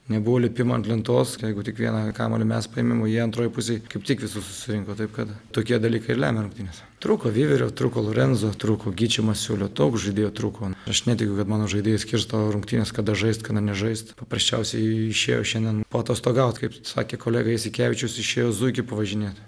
nebuvo lipimo ant lentos jeigu tik vieną kamuolį mes paėmėm o jie antroj pusėj kaip tik visus susirinko taip kad tokie dalykai ir lemia rungtynes trūko vyverio trūko lorenzo trūko gyčio masiulio daug žaidėjų trūkon aš netikiu kad mano žaidėjai skirsto rungtynes kada žaist kada nežaist paprasčiausiai išėjo šiandien paatostogaut kaip sakė kolega jasikevičius išėjo zuikį pavažinėt